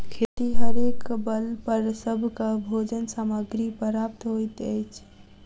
खेतिहरेक बल पर सभक भोजन सामग्री प्राप्त होइत अछि